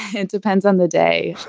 and depends on the day.